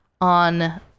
on